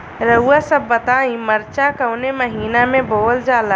रउआ सभ बताई मरचा कवने महीना में बोवल जाला?